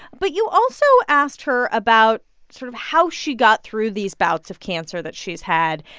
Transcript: but you also asked her about sort of how she got through these bouts of cancer that she's had.